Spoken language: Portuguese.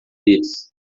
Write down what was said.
eles